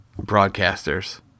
broadcasters